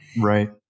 Right